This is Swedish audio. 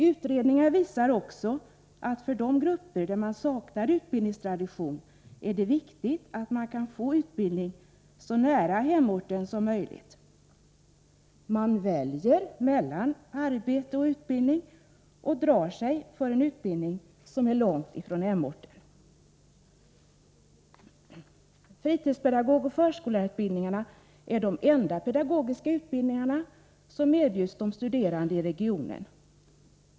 Utredningar visar också att det för de grupper som saknar utbildningstradition är viktigt att få utbildning så nära hemorten som möjligt. Man väljer mellan arbete och utbildning och drar sig då för att binda sig för en utbildning långt ifrån hemorten. Fritidspedagogoch förskollärarutbildningarna är de enda pedagogiska utbildningar som erbjuds studerande i regionen.